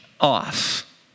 off